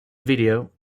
video